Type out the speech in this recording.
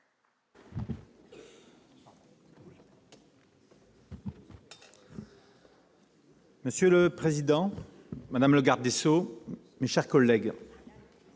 Madame la présidente, madame la garde des sceaux, mes chers collègues,